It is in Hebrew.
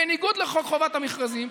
בניגוד לחוק חובת המכרזים,